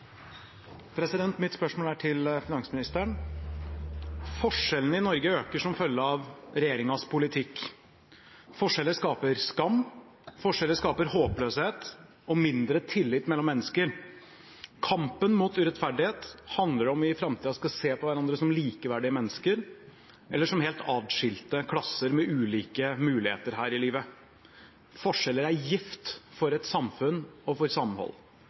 til finansministeren. Forskjellene i Norge øker som følge av regjeringens politikk. Forskjeller skaper skam, forskjeller skaper håpløshet og mindre tillit mellom mennesker. Kampen mot urettferdighet handler om vi i framtida skal se på hverandre som likeverdige mennesker, eller som helt adskilte klasser med ulike muligheter her i livet. Forskjeller er gift for et samfunn og for samhold,